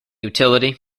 utility